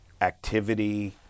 activity